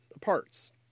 parts